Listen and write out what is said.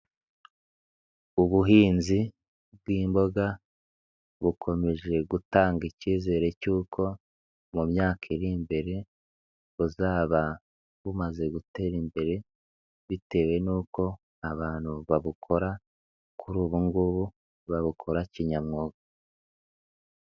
Ubuhinzi bw’imboga bukomeje gutanga icyizere cy'uko mu myaka iri, imbere buzaba bumaze gutera imbere bitewe n’uko abantu babukora kuri ubu ngubu, babukora kinyamwuga.